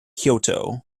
kyoto